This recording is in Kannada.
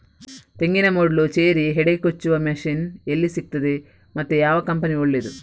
ತೆಂಗಿನ ಮೊಡ್ಲು, ಚೇರಿ, ಹೆಡೆ ಕೊಚ್ಚುವ ಮಷೀನ್ ಎಲ್ಲಿ ಸಿಕ್ತಾದೆ ಮತ್ತೆ ಯಾವ ಕಂಪನಿ ಒಳ್ಳೆದು?